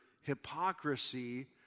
hypocrisy